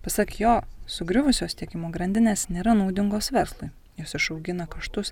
pasak jo sugriuvusios tiekimo grandinės nėra naudingos verslui jos išaugina kaštus